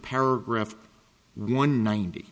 paragraph one ninety